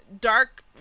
dark